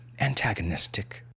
antagonistic